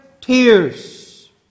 tears